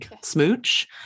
smooch